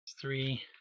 Three